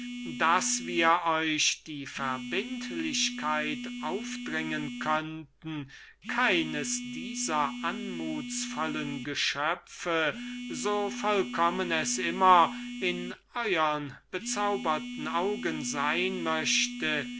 daß wir euch die verbindlichkeit aufdringen könnten keines dieser anmutsvollen geschöpfe so vollkommen es immer in euern bezauberten augen sein möchte